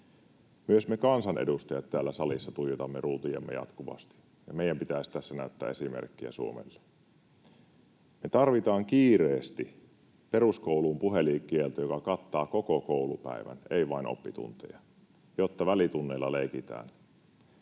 Myös me kansanedustajat täällä salissa tuijotamme ruutujamme jatkuvasti, ja meidän pitäisi tässä näyttää esimerkkiä Suomelle. Me tarvitaan kiireesti peruskouluun puhelinkielto, joka kattaa koko koulupäivän, ei vain oppitunteja, jotta välitunneilla leikitään.